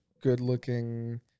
good-looking